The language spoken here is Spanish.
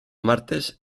martes